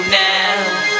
now